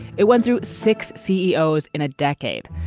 it went through six ceos in a decade.